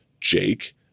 Jake